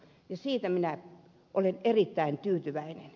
ja siitä minä olen erittäin tyytyväinen